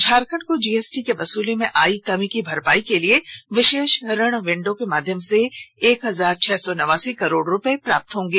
झारखंड को G S T की वसुली में आई कमी की भरपाई के लिए विशेष ऋण विंडो के माध्यम से एक हजार छह सौ नवासी करोड़ रूपये प्राप्त होंगे